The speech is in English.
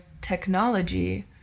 technology